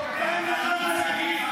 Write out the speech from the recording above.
--- אין לך מה להגיד.